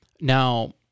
Now